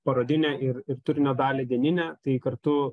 parodinę ir ir turinio dalį dieninę tai kartu